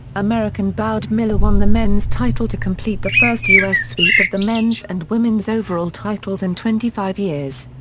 american bode miller won the men's title to complete the first u s. sweep of the men's and women's overall titles in twenty five years.